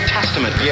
Testament